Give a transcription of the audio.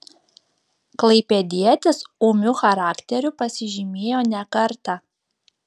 klaipėdietis ūmiu charakteriu pasižymėjo ne kartą